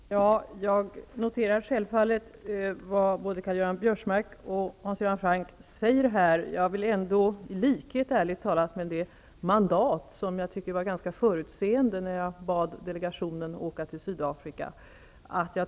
Fru talman! Jag noterar självfallet vad både Karl Göran Biörsmark och Hans Göran Franck säger. Ärligt talat tycker jag att delegationens mandat var ganska förutseende när delegationen åkte till Sydafrika.